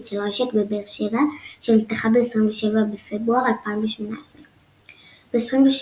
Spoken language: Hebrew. של הרשת בבאר שבע שנפתחה ב-27 בפברואר 2018. ב-27